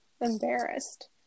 embarrassed